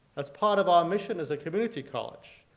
as part of our mission as a community college,